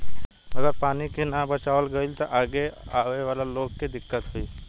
अगर पानी के ना बचावाल गइल त आगे आवे वाला लोग के दिक्कत होई